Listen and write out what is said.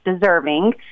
deserving